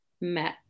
met